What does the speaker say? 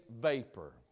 vapor